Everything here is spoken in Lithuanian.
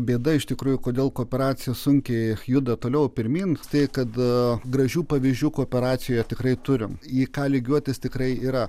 bėda iš tikrųjų kodėl kooperacija sunkiai juda toliau pirmyn tai kada gražių pavyzdžių kooperacijoje tikrai turime į ką lygiuotis tikrai yra